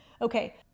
Okay